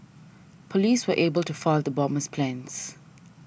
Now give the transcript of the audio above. police were able to foil the bomber's plans